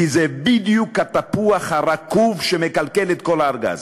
כי זה בדיוק התפוח הרקוב שמקלקל את כל הארגז.